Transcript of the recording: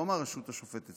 לא מהרשות השופטת,